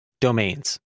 domains